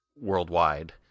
worldwide